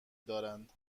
دارند